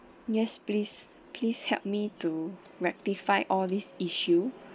yes please please help me to rectify all these issue